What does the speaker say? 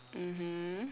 mmhmm